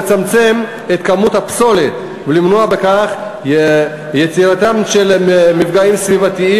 לצמצם את כמות הפסולת ולמנוע בכך יצירתם של מפגעים סביבתיים